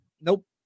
nope